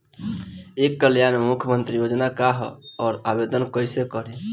ई कल्याण मुख्यमंत्री योजना का है और आवेदन कईसे करी?